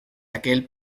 aquel